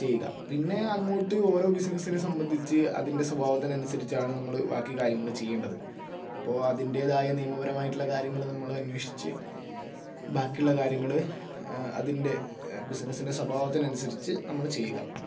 ചെയ്യുക പിന്നെ അങ്ങോട്ട് ഓരോ ബിസിനെസ്സിനെ സംബന്ധിച്ച് അതിൻ്റെ സ്വഭാവത്തിന് അനുസരിച്ചാണ് നമ്മൾ ബാക്കി കാര്യങ്ങൾ ചെയ്യേണ്ടത് അപ്പോൾ അതിൻ്റെതായ നിയമപരമായിട്ടുള്ള കാര്യങ്ങൾ നമ്മൾ അന്വേഷിച്ച് ബാക്കിയുള്ള കാര്യങ്ങൾ അതിൻ്റെ ബിസിനസ്സിൻ്റെ സ്വഭാവത്തിനനുസരിച്ച് നമ്മൾ ചെയ്യുക